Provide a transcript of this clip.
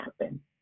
happen